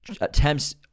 attempts